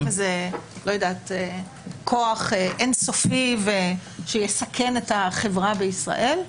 כוח אין-סופי שיסכן את החברה בישראל.